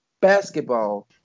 basketball